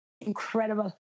incredible